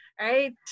right